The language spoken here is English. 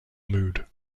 mood